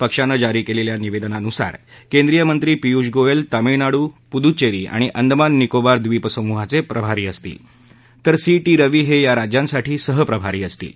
पक्षाने जारी केलेल्या निवेदनानुसार केंद्रीय मंत्री पियुष गोयल तामिळनाडू पुदुच्चेरी आणि अंदमान निकोबार द्विपसमूहाचे प्रभारी असतील तर सी टी रवि हे या राज्यांसाठी सहप्रभारी असतील